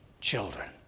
children